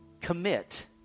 commit